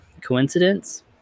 Coincidence